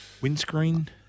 windscreen